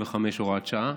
55 והוראות שעה),